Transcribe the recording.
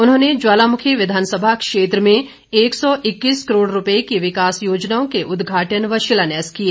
उन्होंने ज्वालामुखी विधानसभा क्षेत्र में एक सौ इक्कीस करोड़ रुपए की विकास योजनाओं के उद्घाटन व शिलान्यास किए